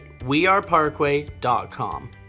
weareparkway.com